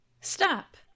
Stop